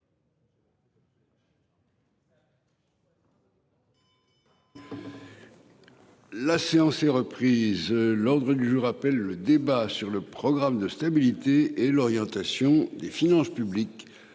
La séance est reprise. L'ordre du jour appelle le débat sur le programme de stabilité et l'orientation des finances publiques